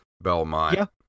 Belmont